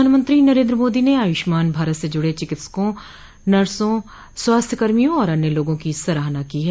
प्रधानमंत्री नरेन्द्र मोदी ने आयुष्मान भारत से जुड़े चिकित्सकों नर्सों स्वास्थ्य कर्मियों और अन्य लोगों की सराहना की है